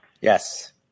Yes